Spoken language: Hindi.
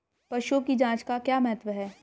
पशुओं की जांच का क्या महत्व है?